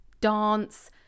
dance